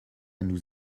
nous